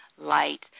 light